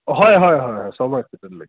হয় হয় হয় হয়